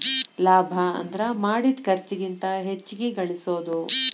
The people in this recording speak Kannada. ಲಾಭ ಅಂದ್ರ ಮಾಡಿದ್ ಖರ್ಚಿಗಿಂತ ಹೆಚ್ಚಿಗಿ ಗಳಸೋದು